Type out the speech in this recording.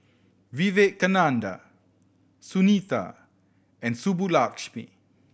Vivekananda Sunita and Subbulakshmi